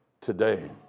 today